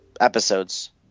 episodes